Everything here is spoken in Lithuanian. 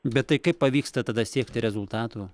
bet tai kaip pavyksta tada siekti rezultatų